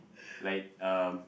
like um